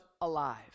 alive